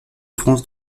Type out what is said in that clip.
france